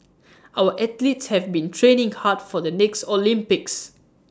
our athletes have been training hard for the next Olympics